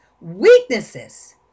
weaknesses